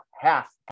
half